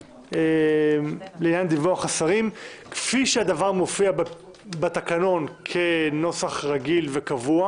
לעניין דיווח השרים כפי שהדבר מופיע בתקנון כנוסח רגיל וקבוע,